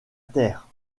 terre